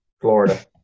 Florida